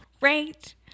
Right